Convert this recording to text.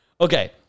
Okay